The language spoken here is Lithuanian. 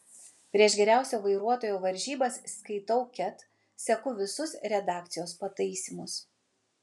prieš geriausio vairuotojo varžybas skaitau ket seku visus redakcijos pataisymus